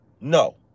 No